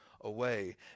away